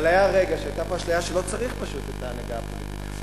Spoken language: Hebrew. אבל היה רגע שהיתה פה אשליה שפשוט לא צריך את ההנהגה הפוליטית.